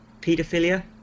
pedophilia